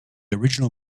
original